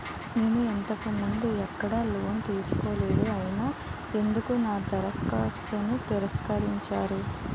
నేను ఇంతకు ముందు ఎక్కడ లోన్ తీసుకోలేదు అయినా ఎందుకు నా దరఖాస్తును తిరస్కరించారు?